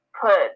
put